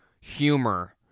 humor